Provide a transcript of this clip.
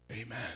Amen